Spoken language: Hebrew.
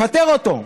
לפטר אותו.